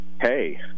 hey